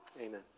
Amen